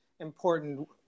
important